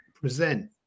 present